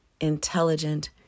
intelligent